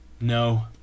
No